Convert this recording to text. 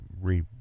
re